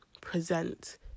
present